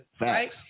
right